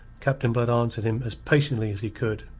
captain blood answered him as patiently as he could.